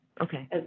okay